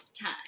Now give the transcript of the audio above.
time